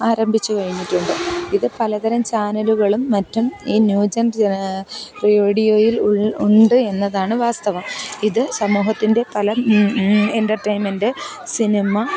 ആരംഭിച്ചു കഴിഞ്ഞിട്ടുണ്ട് ഇത് പലതരം ചാനലുകളും മറ്റും ഈ ന്യൂജെൻ റേഡിയോയിൽ ഉണ്ട് എന്നതാണ് വാസ്തവം ഇത് സമൂഹത്തിന്റെ പല എൻറ്റർട്ടേയ്ൻമെൻറ്റ് സിനിമ